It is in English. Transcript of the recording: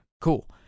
cool